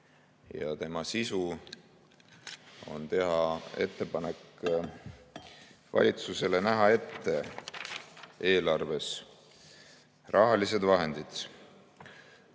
ja tema sisu on teha ettepanek valitsusele näha ette eelarves rahalised vahendid